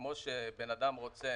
כמו שבן אדם רוצה